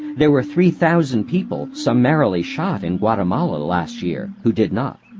there were three thousand people summarily shot in guatemala last year who did not.